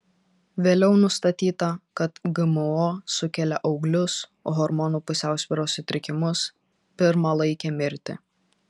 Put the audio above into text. vėliau nustatyta kad gmo sukelia auglius hormonų pusiausvyros sutrikimus pirmalaikę mirtį